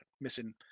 Missing